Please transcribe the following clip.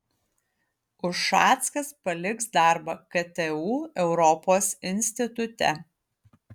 ušackas paliks darbą ktu europos institute